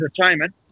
entertainment